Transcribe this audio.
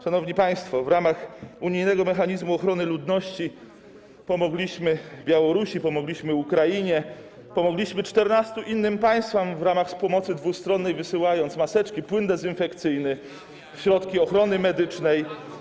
Szanowni państwo, w ramach unijnego mechanizmu ochrony ludności pomogliśmy Białorusi, pomogliśmy Ukrainie, pomogliśmy 14 innym państwom w ramach pomocy dwustronnej, wysyłając maseczki, płyn dezynfekcyjny, środki ochrony medycznej.